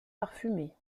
parfumé